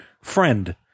friend